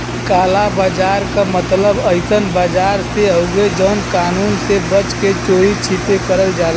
काला बाजार क मतलब अइसन बाजार से हउवे जौन कानून से बच के चोरी छिपे करल जाला